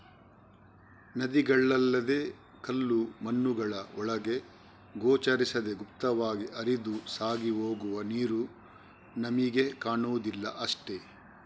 ನದಿಗಳಲ್ಲದೇ ಕಲ್ಲು ಮಣ್ಣುಗಳ ಒಳಗೆ ಗೋಚರಿಸದೇ ಗುಪ್ತವಾಗಿ ಹರಿದು ಸಾಗಿ ಹೋಗುವ ನೀರು ನಮಿಗೆ ಕಾಣುದಿಲ್ಲ ಅಷ್ಟೇ